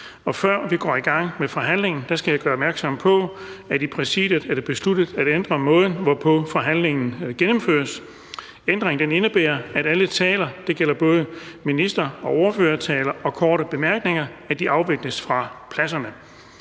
Før vi går i gang med forhandlingen, skal jeg gøre opmærksom på, at Præsidiet har besluttet at ændre måden, hvorpå forhandlingen gennemføres. Ændringen indebærer, at alle taler – det gælder